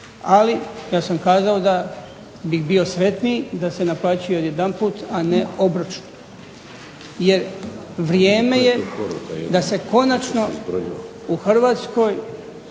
Ali ja sam kazao da bih bio sretniji da se naplaćuje odjedanput, a ne obročno. Jer vrijeme je da se konačno u Hrvatskoj